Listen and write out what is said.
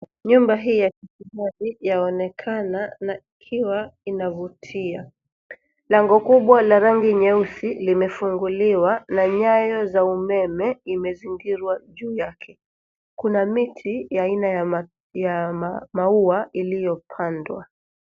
Nyumba hii ya kifahari yaonekana na ikiwa inavutia. Lango kubwa la rangi nyeusi limefunguliwa na nyayo za umeme imezingirwa juu yake. Kuna miti ya aina ya maua ilio pandwa.